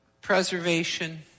preservation